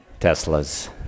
Teslas